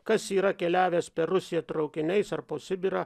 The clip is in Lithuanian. kas yra keliavęs per rusiją traukiniais ar po sibirą